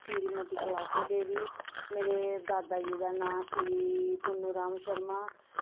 श्रीमती कलाशो दोवी मेरे दादा जी दा नांऽ श्री पून्नु राम शर्मा